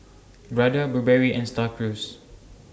Brother Burberry and STAR Cruise